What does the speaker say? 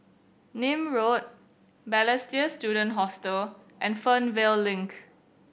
Nim Road Balestier Student Hostel and Fernvale Link